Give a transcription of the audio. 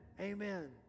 amen